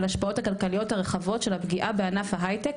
על ההשפעות הכלכליות הרחבות של הפגיעה בענף ההיי-טק,